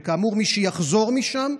וכאמור, מי שיחזור משם,